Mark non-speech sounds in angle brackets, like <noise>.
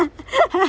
<laughs>